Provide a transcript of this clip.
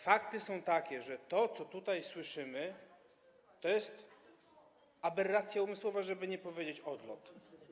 Fakty są takie, że to, co tutaj słyszymy, to jest aberracja umysłowa, żeby nie powiedzieć: odlot.